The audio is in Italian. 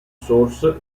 source